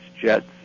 jets